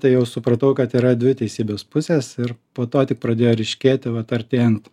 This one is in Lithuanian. tai jau supratau kad yra dvi teisybės pusės ir po to tik pradėjo ryškėti vat artėjant